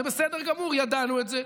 זה בסדר גמור, ידענו את זה,